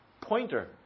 Pointer